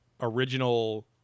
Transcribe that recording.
original